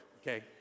okay